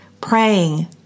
praying